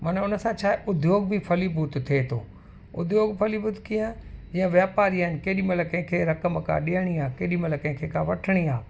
मन उन सां छाहे उद्योग बि फ़लीभूत थिए थो उद्योग फलीभूत कीअं जीअं व्यापारी आहिनि केॾी महिल कंहिं खे रक़म का ॾियणी आहे केॾी महिल कंहिं खे का वठिणी आहे